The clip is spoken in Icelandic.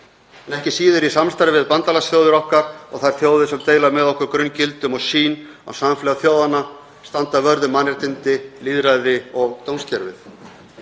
en ekki síður í samstarfi við bandalagsþjóðir okkar og þær þjóðir sem deila með okkur grunngildum og sýn á samfélag þjóðanna, standa vörð um mannréttindi, lýðræði og dómskerfið.